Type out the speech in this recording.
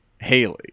Haley